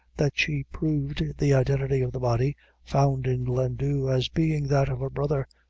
that she proved the identity of the body found in glendhu, as being that of her brother,